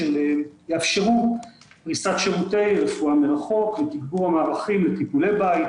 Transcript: שיאפשרו כניסת שירותי רפואה מרחוק ותגבור המהלכים לטיפולי בית,